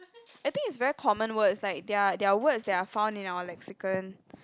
I think is very common words like there are there are words that are found in our lexicon